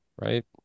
right